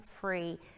free